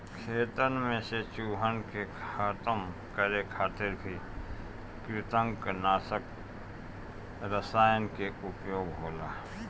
खेतन में से चूहन के खतम करे खातिर भी कृतंकनाशक रसायन के उपयोग होला